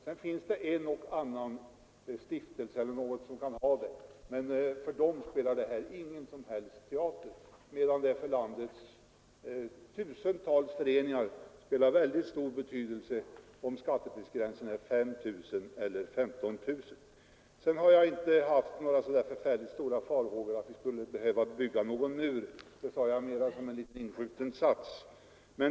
Sedan finns det några stiftelser som kan ha den, men för dem spelar detta ingen som helst roll, medan det för landets tusentals föreningar har mycket stor betydelse om skattepliktsgränsen är 5 000 eller 15 000 kronor. Sedan har jag inte haft några särskilt stora farhågor för att vi skulle behöva bygga någon mur — det sade jag mera som en liten inskjuten sats.